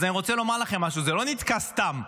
אז אני רוצה לומר לכם משהו: זה לא נתקע סתם,